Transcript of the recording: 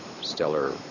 stellar